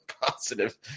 positive